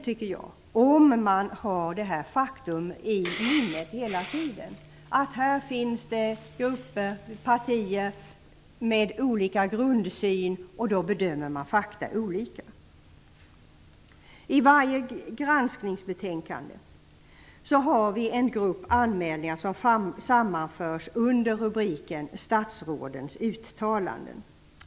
Vi måste hela tiden ha i minnet att det här finns grupper och partier med olika grundsyn och att man då bedömer fakta olika. I varje granskningsbetänkande har vi en grupp anmälningar som sammanförs under rubriken ''Vissa uttalanden av statsråd''.